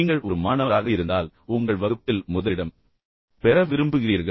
நீங்கள் ஒரு மாணவராக இருந்தால் உங்கள் வகுப்பில் முதலிடம் பெற விரும்புகிறீர்கள்